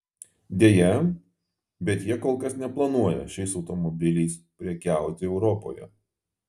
deja bet jie kol kas neplanuoja šiais automobiliais prekiauti europoje